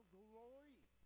glory